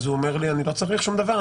אז הוא אומר לי: אני לא צריך שום דבר,